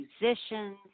musicians